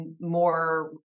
more